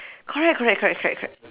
correct correct correct correct correct